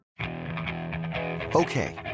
Okay